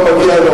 מה, לא מגיע לו